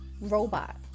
robot